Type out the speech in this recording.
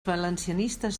valencianistes